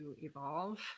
evolve